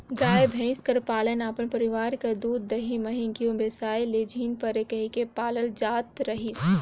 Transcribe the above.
गाय, भंइस कर पालन अपन परिवार बर दूद, दही, मही, घींव बेसाए ले झिन परे कहिके पालल जात रहिस